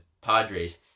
Padres